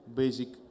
basic